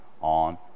on